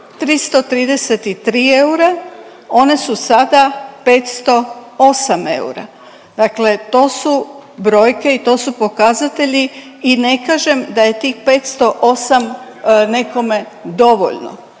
333 eura one su sada 508 eura. Dakle, to su brojke i to su pokazatelji i ne kažem da je tih 508 nekome dovoljno,